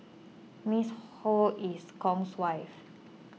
Ms Ho is Kong's wife